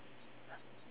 australia